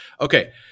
Okay